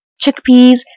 chickpeas